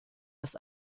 das